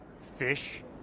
Fish